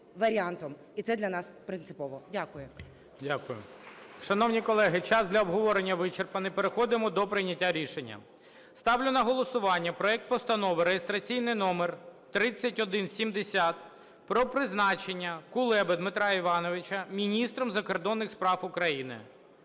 І це для нас принципово. Дякую.